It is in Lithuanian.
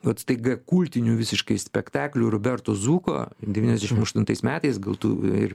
vat staiga kultiniu visiškai spektakliu robertos dzūko devyniasdešimt aštuntais metais gal tu ir